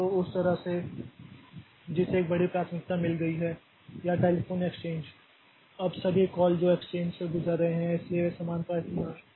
तो उस तरह से जिसे एक बड़ी प्राथमिकता मिल गई है या टेलीफोन एक्सचेंज अब सभी कॉल जो एक्सचेंज से गुजर रहे हैं इसलिए वे समान प्राथमिकता के नहीं हैं